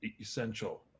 essential